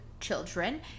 children